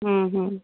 ହୁଁ ହୁଁ